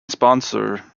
sponsor